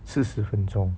四十分钟